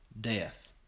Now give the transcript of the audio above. death